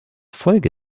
folge